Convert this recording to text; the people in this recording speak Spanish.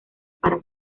para